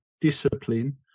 discipline